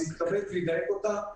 שיתכבד וידייק אותה,